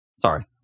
Sorry